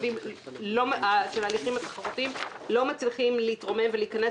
הקווים של ההליכים התחרותיים לא מצליחים להתרומם ולהיכנס